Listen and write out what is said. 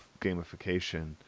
gamification